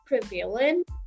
prevalent